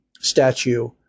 statue